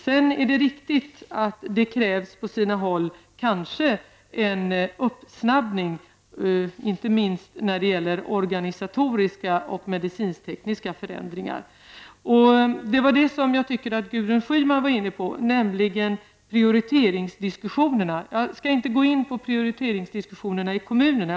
Det är riktigt att det på sina håll krävs snabbare organisatoriska och medicinsk-tekniska förändringar. Gudrun Schyman var inne på prioriteringsdiskussioner. Jag skall inte gå in på prioriteringar i kommunerna.